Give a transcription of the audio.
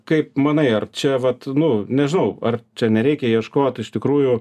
kaip manai ar čia vat nu nežinau ar čia nereikia ieškot iš tikrųjų